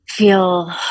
feel